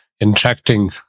interacting